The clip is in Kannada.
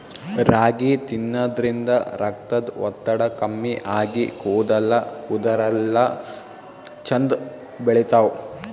ರಾಗಿ ತಿನ್ನದ್ರಿನ್ದ ರಕ್ತದ್ ಒತ್ತಡ ಕಮ್ಮಿ ಆಗಿ ಕೂದಲ ಉದರಲ್ಲಾ ಛಂದ್ ಬೆಳಿತಾವ್